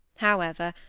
however,